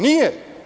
Nije.